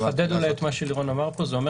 לחדד אולי את מה שלירון אמר פה: זה אומר